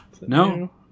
No